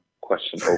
question